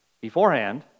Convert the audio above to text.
beforehand